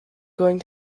going